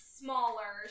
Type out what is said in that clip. smaller